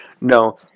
No